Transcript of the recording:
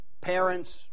parents